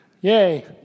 yay